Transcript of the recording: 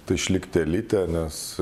tai išlikti elite nes